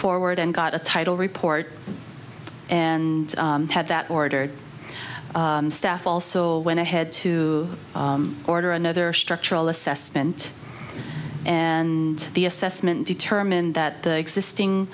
forward and got a title report and had that ordered staff also went ahead to order another structural assessment and the assessment determined that the existing